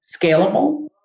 scalable